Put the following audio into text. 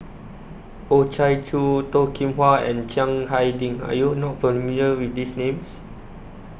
Oh Chai Chew Toh Kim Hwa and Chiang Hai Ding Are YOU not familiar with These Names